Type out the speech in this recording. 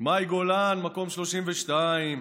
מאי גולן, מקום 32,